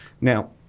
Now